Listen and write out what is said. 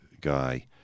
guy